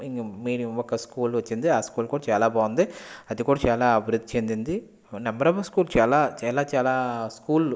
ఇంకా మీరు ఒక స్కూల్ వచ్చింది ఆ స్కూల్ కూడా చాలా బాగుంది అది కూడా చాలా అభివృద్ధి చెందింది నెంబర్ ఆఫ్ స్కూల్స్ చాలా చాలా చాలా స్కూళ్ళు